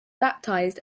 baptized